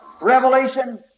Revelation